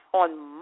on